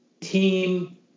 team